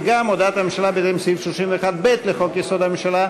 וגם הודעת הממשלה בהתאם לסעיף 31(ב) לחוק-יסוד: הממשלה,